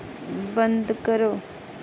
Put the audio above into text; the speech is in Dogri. बंद करो